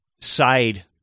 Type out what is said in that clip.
side